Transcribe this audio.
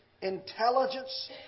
Intelligence